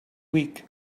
week